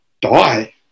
die